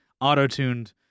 auto-tuned